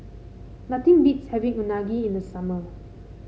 nothing beats having Unagi in the summer